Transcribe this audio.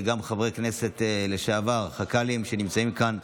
וגם את חברי הכנסת לשעבר שנמצאים כאן,